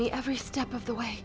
me every step of the way